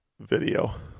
video